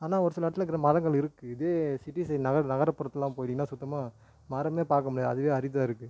ஆனால் ஒரு சில இடத்துல இருக்கிற மரங்கள் இருக்குது இதே சிட்டி சைட் நகர் நகர்புறத்துலெலாம் போய்ட்டிங்கன்னா சுத்தமாக மரமே பார்க்க முடியாது அதுவே அரிதாக இருக்குது